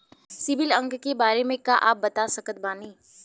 CIBIL अंक के बारे मे का आप बता सकत बानी?